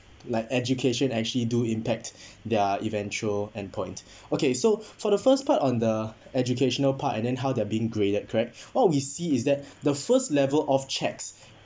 like education actually do impact their eventual end point okay so for the first part on the educational part and then how they're being graded correct what we see is that the first level of checks